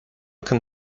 can